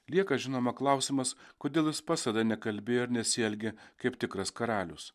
lieka žinoma klausimas kodėl jis pats tada nekalbėjo ir nesielgė kaip tikras karalius